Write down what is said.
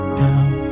down